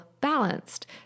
balanced